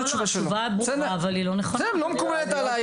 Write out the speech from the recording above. התשובה ברורה אבל לא נכונה לחלוטין.